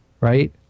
Right